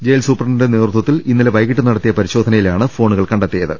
jail സൂപ്രണ്ടിന്റെ നേതൃത്വത്തിൽ ഇന്നലെ വൈകിട്ട് നടത്തിയ പരിശോധനയിലാണ് ഫോണുകൾ കണ്ടെത്തിയത്